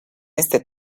este